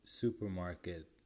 supermarket